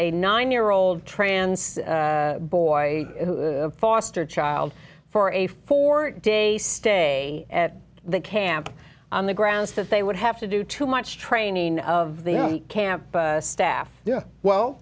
a nine year old trans boy foster child for a four day stay at the camp on the grounds that they would have to do too much training of the camp staff yeah well